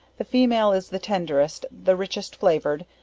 the female is the tenderest, the richest flavour'd,